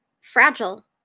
fragile